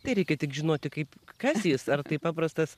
tai reikia tik žinoti kaip kas jis ar tai paprastas